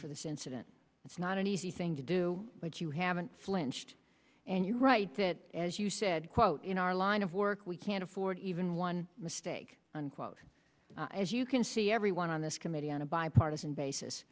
for this incident it's not an easy thing to do but you haven't flinched and you write that as you said quote in our line of work we can't afford even one mistake unquote as you can see everyone on this committee on a bipartisan basis